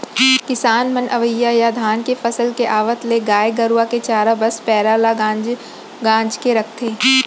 किसान मन अवइ या धान के फसल के आवत ले गाय गरूवा के चारा बस पैरा ल गांज गांज के रखथें